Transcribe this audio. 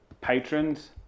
patrons